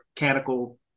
mechanical